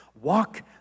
walk